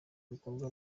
ibikorwa